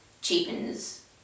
cheapens